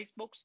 Facebook